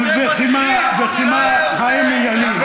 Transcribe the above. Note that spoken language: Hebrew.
וכי מה, חיים ילין?